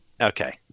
Okay